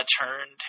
turned